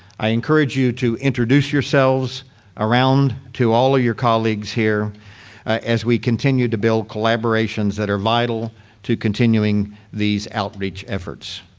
i encourage you to introduce yourselves around to all of your colleagues here as we continue to build collaborations that are vital to continuing these outreach efforts.